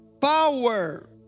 power